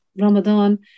Ramadan